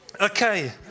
Okay